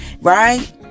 right